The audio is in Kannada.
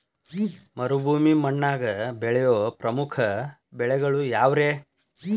ಮರುಭೂಮಿ ಮಣ್ಣಾಗ ಬೆಳೆಯೋ ಪ್ರಮುಖ ಬೆಳೆಗಳು ಯಾವ್ರೇ?